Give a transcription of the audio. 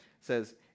says